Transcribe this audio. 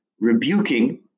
rebuking